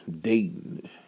Dayton